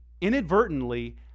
inadvertently